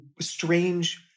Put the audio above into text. strange